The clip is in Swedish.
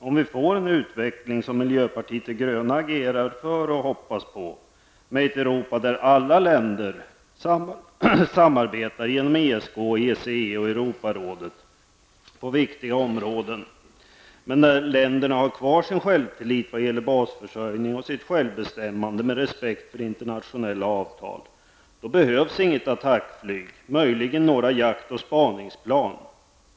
Om den blir som miljöpartiet de gröna agerar för och hoppas på, dvs. där alla länder samarbetar genom ESK, ECE och Europarådet på viktiga områden, men länderna har kvar sin självtillit vad gäller basförsörjningen och sitt självbestämmande med respekt för internationella avtal, då behövs inget attackflyg. Möjligen behövs några jakt och spaningsplan.